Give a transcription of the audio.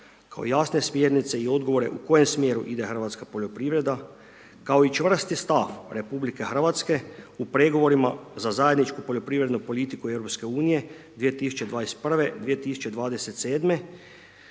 kao jasne smjernice i odgovore u kojem smjeru ide Hrvatska poljoprivreda kao i čvrsti stav RH u pregovorima za zajedničku poljoprivrednu politiku EU 2021.-2027.